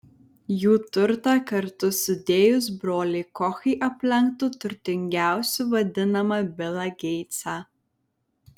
jų turtą kartu sudėjus broliai kochai aplenktų turtingiausiu vadinamą bilą geitsą